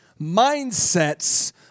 mindsets